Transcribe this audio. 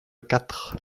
quatre